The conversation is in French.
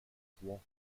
rouen